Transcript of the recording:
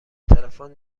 تلفن